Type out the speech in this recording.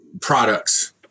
products